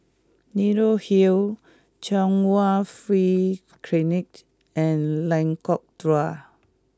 Leonie Hill Chung Hwa Free Clinic and Lengkok Dua